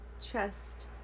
chest